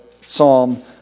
Psalm